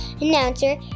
announcer